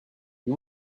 you